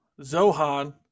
Zohan